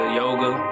yoga